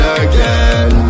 again